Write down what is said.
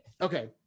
Okay